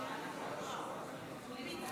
תוצאות ההצבעה: 31 בעד, 50 נגד.